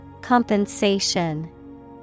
Compensation